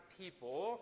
people